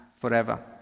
forever